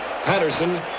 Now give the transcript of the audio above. Patterson